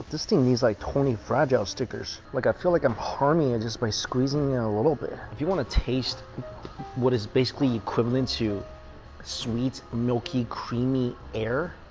this thing needs like twenty fragile stickers like i feel like i'm harming just by squeezing and a little bit. if you want to taste what is basically equivalent to sweet, milky, creamy air